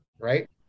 Right